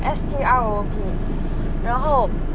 S T R O O P 然后